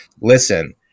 Listen